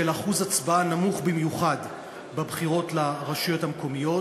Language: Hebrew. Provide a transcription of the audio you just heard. של אחוז הצבעה נמוך במיוחד בבחירות לרשויות המקומיות.